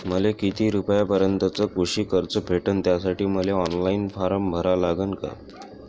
मले किती रूपयापर्यंतचं कृषी कर्ज भेटन, त्यासाठी मले ऑनलाईन फारम भरा लागन का?